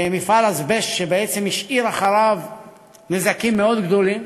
מפעל אזבסט שהשאיר אחריו נזקים מאוד גדולים.